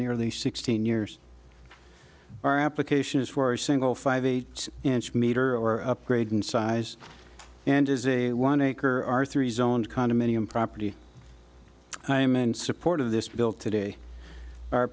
nearly sixteen years our application is for a single five eight inch meter or upgrade in size and is a one acre our three zoned condominium property i am in support of this bill today our